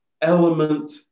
element